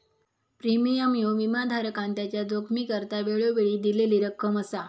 premium ह्यो विमाधारकान त्याच्या जोखमीकरता वेळोवेळी दिलेली रक्कम असा